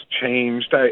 changed